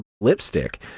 lipstick